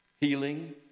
healing